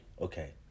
Okay